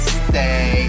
stay